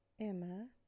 Emma